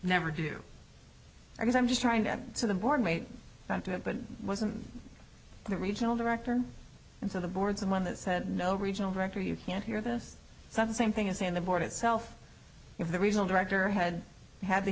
never do i guess i'm just trying to add to the board made to it but it wasn't the regional director and so the board someone that said no regional director you can't hear this some the same thing as saying the board itself if the regional director had had the